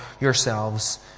yourselves